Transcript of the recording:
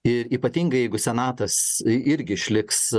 ir ypatingai jeigu senatas irgi išliks